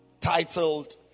Titled